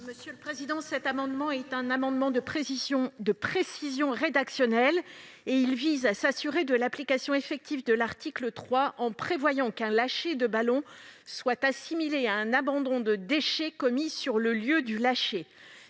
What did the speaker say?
Mme la rapporteure. Cet amendement de précision rédactionnelle vise à s'assurer de l'application effective de l'article 3 en prévoyant qu'un lâcher de ballons soit assimilé à un abandon de déchets commis sur le lieu du lâcher.